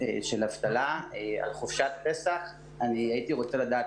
הייתי מבקשת לדעת